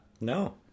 No